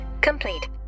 complete